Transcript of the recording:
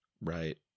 Right